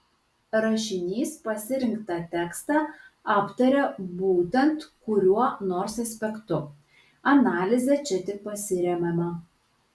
rašinys pasirinktą tekstą aptaria būtent kuriuo nors aspektu analize čia tik pasiremiama